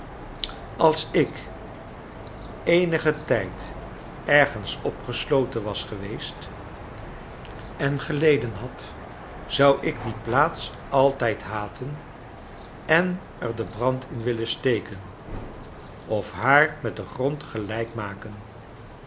als ik eerrigen trjd ergens opgesloten was geweest en geleden had zou ik die plaats altijd haten en er den brand in willen steken of haar met den grond